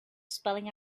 spelling